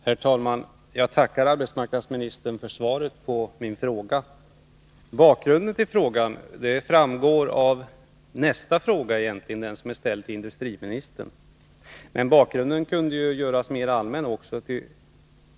Herr talman! Jag tackar arbetsmarknadsministern för svaret på min fråga. Bakgrunden till frågan framgår egentligen av nästa fråga på föredragningslistan, som är ställd till industriministern. Men bakgrunden kunde också göras mer allmän.